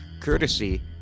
courtesy